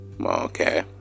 okay